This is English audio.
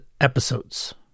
episodes